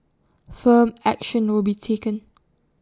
firm action will be taken